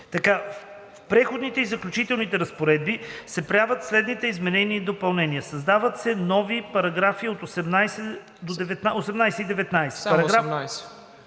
В Преходните и заключителните разпоредби се правят следните изменения и допълнения: „Създават се нови параграфи 18 и 19…“.